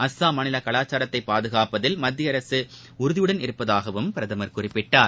அஸ்ஸாம் மாநில கவாச்சாரத்தை பாதுகாப்பதில் மத்திய அரசு உறுதியுடன் இருப்பதாகவும் பிரதமர் குறிப்பிட்டார்